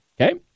okay